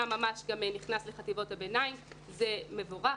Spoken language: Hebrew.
ממש גם נכנס לחטיבות הביניים זה מבורך,